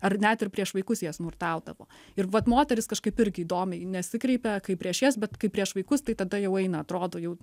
ar net ir prieš vaikus jie smurtaudavo ir vat moterys kažkaip irgi įdomiai nesikreipia kai prieš jas bet kai prieš vaikus tai tada jau eina atrodo jau